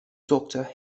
doctor